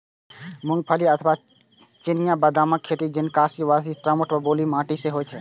मूंगफली अथवा चिनिया बदामक खेती जलनिकासी बला दोमट व बलुई माटि मे होइ छै